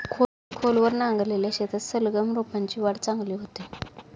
खोलवर नांगरलेल्या शेतात सलगम रोपांची वाढ चांगली होते